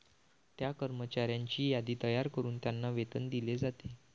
त्या कर्मचाऱ्यांची यादी तयार करून त्यांना वेतन दिले जाते